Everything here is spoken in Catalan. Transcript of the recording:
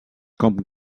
com